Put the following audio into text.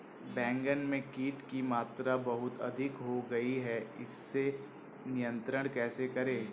बैगन में कीट की मात्रा बहुत अधिक हो गई है इसे नियंत्रण कैसे करें?